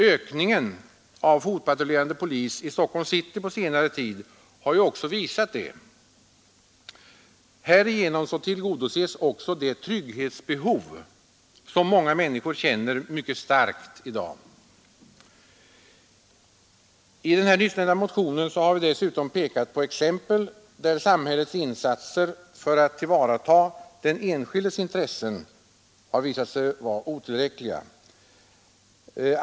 Ökningen av fotpatrullerande polis i Stockholms city på senare tid har också visat detta. Härigenom tillgodoses även det trygghetsbehov som många människor känner mycket starkt i dag. I den nyssnämnda motionen har vi dessutom pekat på exempel där samhällets insatser för att tillvarata den enskildes intressen har visat sig vara otillräckliga.